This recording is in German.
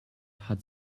hat